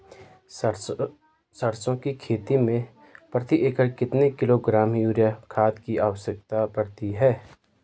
सरसों की खेती में प्रति एकड़ कितने किलोग्राम यूरिया खाद की आवश्यकता पड़ती है?